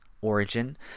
origin